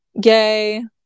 gay